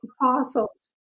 apostles